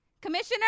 Commissioner